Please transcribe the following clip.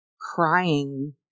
crying